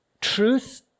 Truth